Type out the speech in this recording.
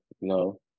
no